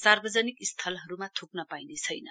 सार्वजनिक स्थलहरूमा य्क्न पाइने छैन